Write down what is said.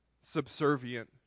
subservient